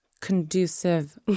conducive